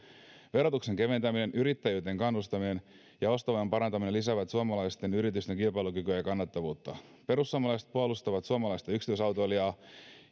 verotuksen keventäminen yrittäjyyteen kannustaminen ja ostovoiman parantaminen lisäävät suomalaisten yritysten kilpailukykyä ja kannattavuutta perussuomalaiset puolustavat suomalaista yksityisautoilijaa